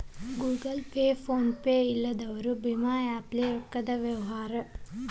Google Pay, PhonePe app ಇಲ್ಲದವರು ಭೇಮಾ app ಲೇ ರೊಕ್ಕದ ವ್ಯವಹಾರ ಮಾಡಾಕ್ ಬರತೈತೇನ್ರೇ?